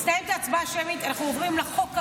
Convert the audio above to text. נסיים את ההצבעה השמית ואנחנו עוברים לחוק הבא.